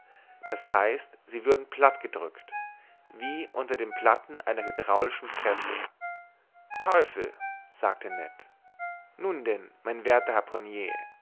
d h sie würden platt gedrückt wie unter den platten einer hydraulischen presse teufel sagte ned nun denn mein werther harpunier